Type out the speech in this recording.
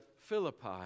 Philippi